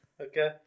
Okay